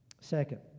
Second